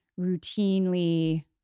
routinely